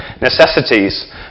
necessities